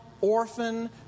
orphan